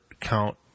count